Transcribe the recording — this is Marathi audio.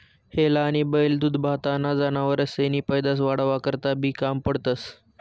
हेला आनी बैल दूधदूभताना जनावरेसनी पैदास वाढावा करता बी काम पडतंस